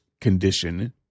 condition